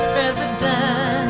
President